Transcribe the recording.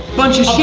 bunch of